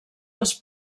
dels